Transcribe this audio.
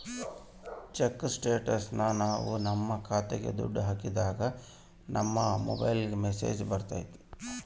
check ಸ್ಟೇಟಸ್ನ ನಾವ್ ನಮ್ ಖಾತೆಗೆ ದುಡ್ಡು ಹಾಕಿದಾಗ ನಮ್ ಮೊಬೈಲ್ಗೆ ಮೆಸ್ಸೇಜ್ ಬರ್ತೈತಿ